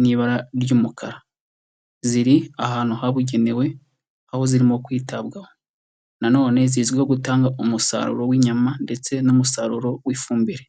n'ibara ry'umukara, ziri ahantu habugenewe, aho zirimo kwitabwaho. Nanone zizwiho gutanga umusaruro w'inyama ndetse n'umusaruro w'ifumbire.